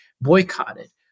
boycotted